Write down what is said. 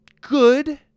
Good